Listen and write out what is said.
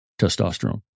testosterone